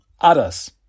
others